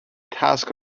task